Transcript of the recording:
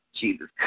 Jesus